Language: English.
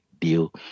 Deal